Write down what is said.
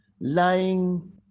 lying